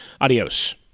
Adios